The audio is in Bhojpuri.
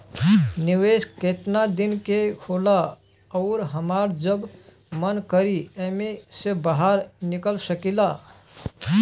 निवेस केतना दिन के होला अउर हमार जब मन करि एमे से बहार निकल सकिला?